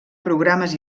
programes